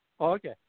Okay